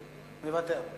מוותר.